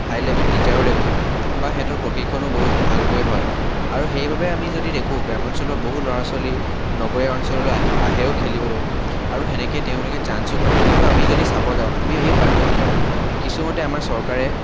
হাই level টিচাৰো দেখোঁ বা সিহঁতৰ প্ৰশিক্ষণো বহুত ভালকৈ হয় আৰু সেইবাবে যদি আমি দেখোঁ গ্ৰামাঞ্চলৰ বহু ল'ৰা ছোৱালী নগৰীয়া অঞ্চললৈ আহি আহেও খেলিবলৈ আৰু সেনেকৈ তেওঁলোকে চাঞ্চো পায় কিন্তু আমি যদি চাব যাওঁ আমি এই পাৰ্থক্য কিছু মতে আমাৰ চৰকাৰে